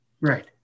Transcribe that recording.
Right